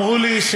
אמרו לי,